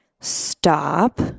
stop